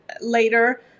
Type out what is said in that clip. later